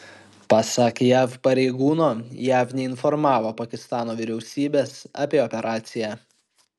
pasak jav pareigūno jav neinformavo pakistano vyriausybės apie operaciją